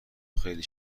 خیلی